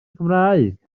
cymraeg